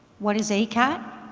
what is ah acat?